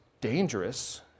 dangerous